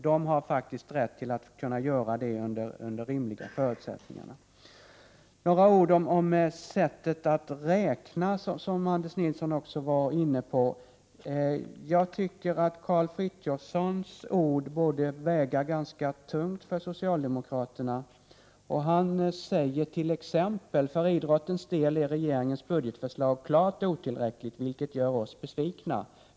De har faktiskt rätt att kunna göra detta under rimliga förutsättningar! Så några ord om sättet att räkna, som Anders Nilsson var inne på. Jag tycker Karl Frithiofsons ord borde väga ganska tungt för socialdemokraterna. Han säger t.ex.: ”För idrottens del är regeringens budgetförslag klart otillräckligt, vilket gör oss besvikna.